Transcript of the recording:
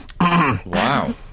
Wow